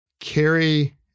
carry